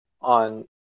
on